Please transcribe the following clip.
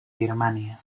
birmània